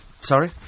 Sorry